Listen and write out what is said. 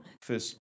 first